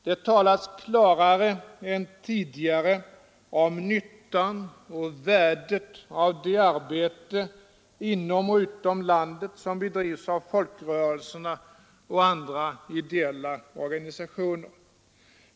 Där talas klarare än tidigare om nyttan och värdet av det arbete inom och utom landet som bedrivs av folkrörelserna och andra ideella organisationer.